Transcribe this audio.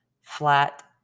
flat